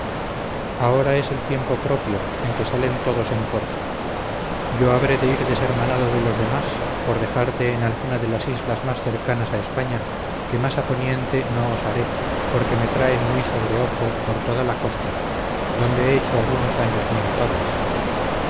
ahora es el tiempo propio en que salen todos en corso yo habré de ir deshermanado de los demás por dejarte en alguna de las islas más cercanas a españa que más a poniente no osaré porque me traen muy sobre ojo por toda la costa donde he hecho algunos daños muy notables